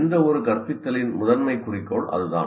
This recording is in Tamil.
எந்தவொரு கற்பித்தலின் முதன்மை குறிக்கோள் அதுதான்